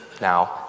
Now